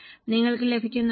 നിങ്ങൾക്ക് ലഭിക്കുന്നുണ്ടോ